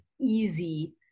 easy